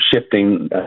shifting